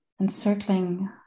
encircling